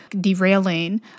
derailing